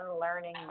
learning